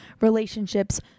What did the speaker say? relationships